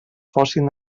fossin